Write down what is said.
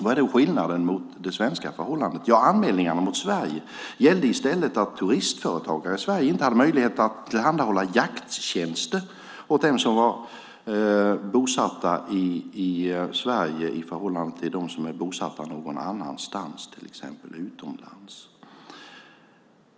Vad är då skillnaden mot det svenska förhållandet? Anmälningarna mot Sverige gällde i stället att turistföretag här i Sverige inte hade möjlighet att tillhandahålla jakttjänster åt dem som var bosatta i Sverige i förhållande till dem som är bosatta någon annanstans, till exempel utomlands.